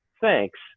thanks